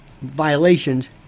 violations